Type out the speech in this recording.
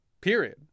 period